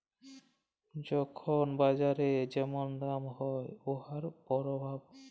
যখল বাজারে যেমল দাম হ্যয় উয়ার পরভাব